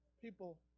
people